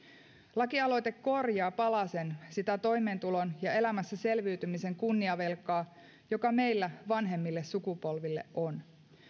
lakialoite korjaa palasen sitä toimeentulon ja elämässä selviytymisen kunniavelkaa joka meillä vanhemmille sukupolville on